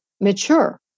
mature